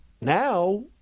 now